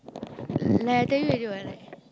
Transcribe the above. like I tell you already [what] like